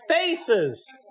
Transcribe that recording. spaces